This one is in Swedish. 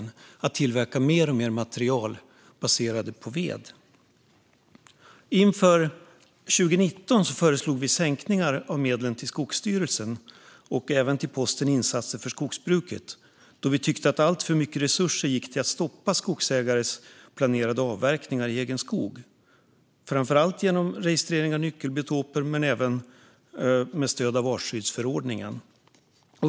Vi kan tillverka alltmer material som är baserat på ved. Inför 2019 föreslog vi sänkningar av medlen till Skogsstyrelsen och till anslagsposten Insatser för skogsbruket. Vi tyckte att alltför mycket resurser gick till att stoppa skogsägares planerade avverkningar i egen skog. Det skedde framför allt genom registrering av nyckelbiotoper men även genom att ta stöd av artskyddsförordningen.